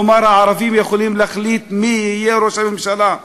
כלומר, הערבים יכולים להחליט מי יהיה ראש הממשלה.